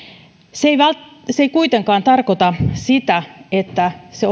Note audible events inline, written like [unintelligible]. se ei kuitenkaan tarkoita sitä että se [unintelligible]